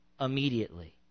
immediately